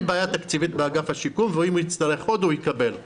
שאין בעיה תקציבית באגף השיקום ואם הוא יצטרך עוד הוא יקבל.